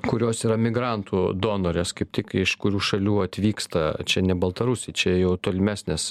kurios yra migrantų donorės kaip tik iš kurių šalių atvyksta čia ne baltarusiai čia jau tolimesnės